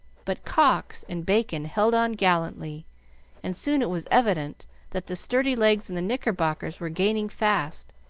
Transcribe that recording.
but cox and bacon held on gallantly and soon it was evident that the sturdy legs in the knickerbockers were gaining fast,